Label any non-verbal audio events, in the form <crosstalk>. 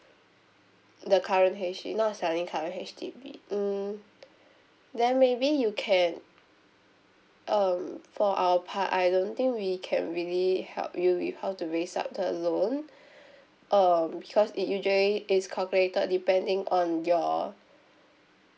the current H_D not selling current H_D_B mm then maybe you can um for our part I don't think we can really help you with how to raise up the loan <breath> um because it usually is calculated depending on your